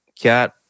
Cat